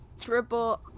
Triple